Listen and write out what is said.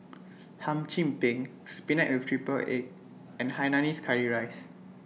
Hum Chim Peng Spinach with Triple Egg and Hainanese Curry Rice